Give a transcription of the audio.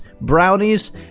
brownies